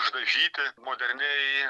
išdažyti moderniai